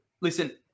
Listen